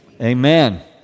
amen